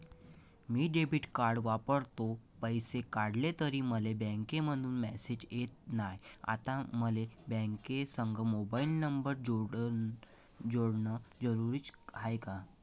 मी debit card वापरतो, पैसे काढले तरी मले बँकेमंधून मेसेज येत नाय, आता मले बँकेसंग मोबाईल नंबर जोडन जरुरीच हाय का?